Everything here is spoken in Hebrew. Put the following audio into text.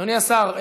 אדוני השר,